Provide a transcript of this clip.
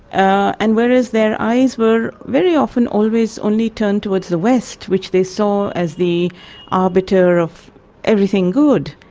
and whereas their eyes were very often always only turned towards the west, which they saw as the arbiter of everything good,